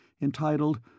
entitled